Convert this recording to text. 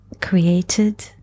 created